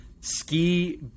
ski